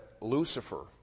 Lucifer